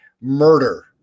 murder